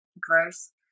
gross